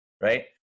right